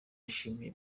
yashimiye